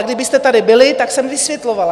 Kdybyste tady byli, tak jsem vysvětlovala.